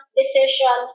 decision